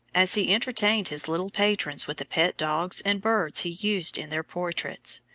as he entertained his little patrons with the pet dogs and birds he used in their portraits,